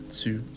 two